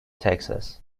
texas